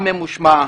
עם ממושמע"